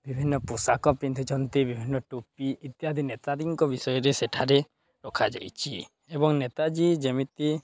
ବିଭିନ୍ନ ପୋଷାକ ପିନ୍ଧୁଛନ୍ତି ବିଭିନ୍ନ ଟୋପି ଇତ୍ୟାଦି ନେତାଜୀଙ୍କ ବିଷୟରେ ସେଠାରେ ରଖାଯାଇଛି ଏବଂ ନେତାଜୀ ଯେମିତି